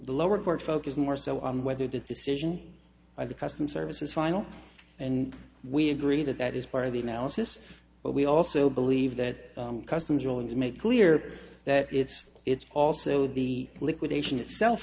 lower court focused more so on whether the decision by the customs service is final and we agree that that is part of the analysis but we also believe that customs will and make clear that it's it's also the liquidation itself